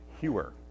hewer